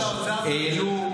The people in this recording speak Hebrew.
אני מדבר עכשיו לפני תקציב 2023,